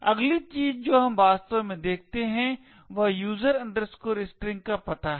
अगली चीज़ जो हम वास्तव में देखते हैं वह user string का पता है